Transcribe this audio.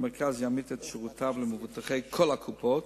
המרכז יעמיד את שירותיו למבוטחי כל הקופות.